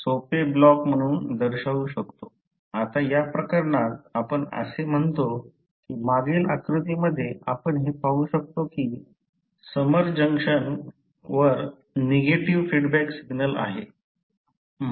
आता या प्रकरणात आपण असे म्हणतो की मागील आकृतीमध्ये आपण हे पाहू शकतो की समर जंक्शनवर निगेटिव्ह फीडबॅक सिग्नल असेल